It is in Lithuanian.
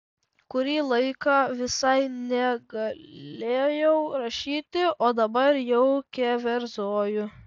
kurį laiką visai negalėjau rašyti o dabar jau keverzoju